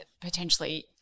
potentially